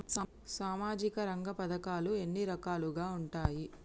సామాజిక రంగ పథకాలు ఎన్ని రకాలుగా ఉంటాయి?